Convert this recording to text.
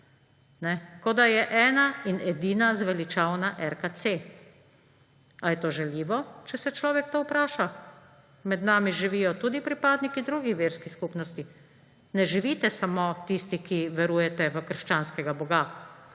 Kot da je ena in edina zveličavna RKC. A je to žaljivo, če se človek to vpraša? Med nami živijo tudi pripadniki drugih verskih skupnosti. Ne živite samo tisti, ki verujete v krščanskega boga.